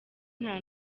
nta